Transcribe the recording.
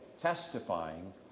testifying